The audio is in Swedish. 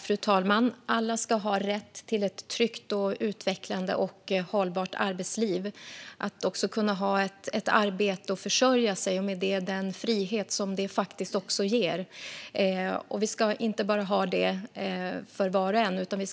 Fru talman! Alla ska ha rätt till ett tryggt, utvecklande och hållbart arbetsliv, och alla ska kunna ha ett arbete att försörja sig på och den frihet detta också ger. Vi ska ha detta inte bara för var och en utan